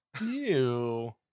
Ew